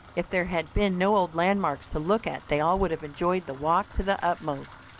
if there had been no old landmarks to look at they all would have enjoyed the walk to the utmost.